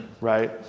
right